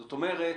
זאת אומרת,